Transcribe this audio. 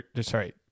Sorry